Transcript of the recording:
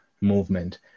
movement